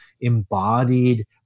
embodied